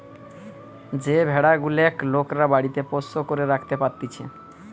যে ভেড়া গুলেক লোকরা বাড়িতে পোষ্য করে রাখতে পারতিছে